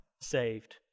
saved